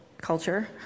culture